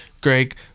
Greg